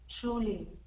truly